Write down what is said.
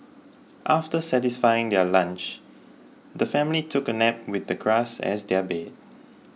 after satisfying their lunch the family took a nap with the grass as their bed